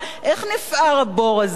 איך נפער הבור הזה?